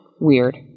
Weird